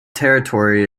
territory